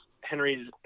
Henry's